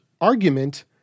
argument